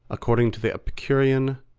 according to the epicurean,